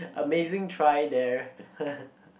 amazing try there